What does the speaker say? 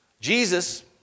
Jesus